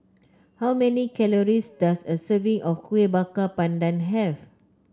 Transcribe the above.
how many calories does a serving of Kueh Bakar Pandan have